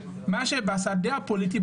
מה שבשדה הפוליטי,